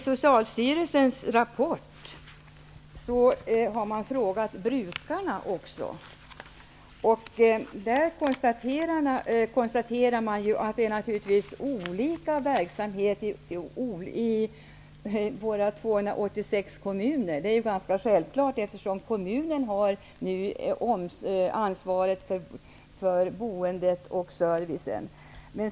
Socialstyrelsen redovisar i sin rapport en undersökning av vad brukarna tycker. Man konstaterar att verksamheten naturligtvis är olika i våra 286 kommuner. Det är ganska självklart, eftersom kommunen nu har ansvaret för boendet och servicen.